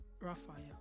Rafael